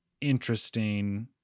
interesting